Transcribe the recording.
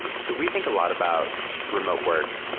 so we think a lot about remote work,